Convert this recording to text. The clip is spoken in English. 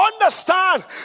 Understand